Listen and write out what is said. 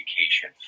education